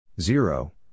Zero